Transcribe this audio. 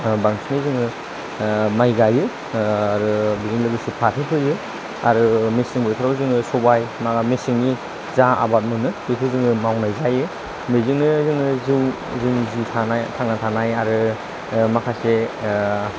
बांसिन जोङो माइ गायो आरो बेजों लोगोसे फाथो फोयो आरो मेसें बोथोराव जोङो सबाइ माबा मेसेंनि जा आबाद मोनो बेखौ जोङो मावनाय जायो बेजोंनो जोङो जोंनि जिउ थांना थानाय आरो माखासे